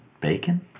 Bacon